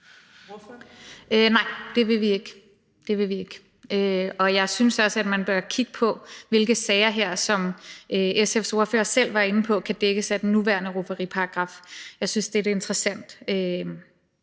(EL): Nej, det vil vi ikke. Og jeg synes også, at man bør kigge på, hvilke sager der, som SF's ordfører selv var inde på, kan dækkes af den nuværende rufferiparagraf. Jeg synes, det er et interessant